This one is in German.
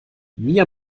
mia